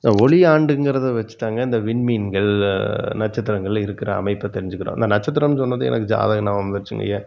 இந்த ஒளி ஆண்டுங்கிறதை வைச்சுட்டாங்க இந்த விண்மீன்கள் நட்சத்திரங்கள் இருக்கிற அமைப்பை தெரிஞ்சுக்கிறோம் அந்த நட்சத்திரம் சொன்னதும் எனக்கு ஜாதகம் ஞாபகம் வந்துருச்சுங்க